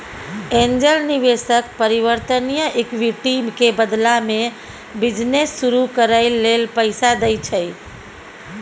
angel निवेशक परिवर्तनीय equity के बदला में बिजनेस शुरू करइ लेल पैसा दइ छै